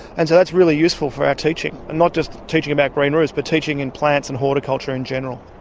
and so that's really useful for our teaching, and not just teaching about green roofs but teaching in plants and horticulture in general.